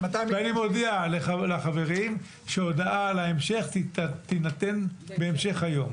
ואני מודיע לחברים שהודעה על ההמשך תינתן בהמשך היום.